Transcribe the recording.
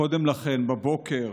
קודם לכן, בבוקר,